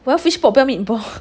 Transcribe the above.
我要 fishball 不要 meatball